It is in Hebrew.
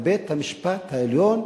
לבית-המשפט העליון,